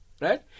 right